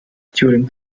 during